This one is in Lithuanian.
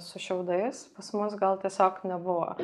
su šiaudais pas mus gal tiesiog nebuvo